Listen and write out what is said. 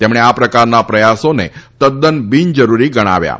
તેમણે આ પ્રકારના પ્રયાસોને તદ્દન બિનજરૂરી ગણાવ્યા હતા